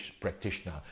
practitioner